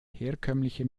herkömmliche